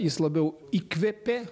jis labiau įkvėpė